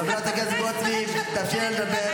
חברת הכנסת גוטליב, תאפשרי לה לדבר.